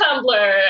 Tumblr